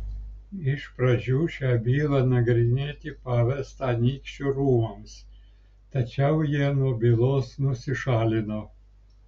iš pradžių šią bylą nagrinėti pavesta anykščių rūmams tačiau jie nuo bylos nusišalino